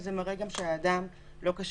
שזה גם מראה שהאדם לא כשיר.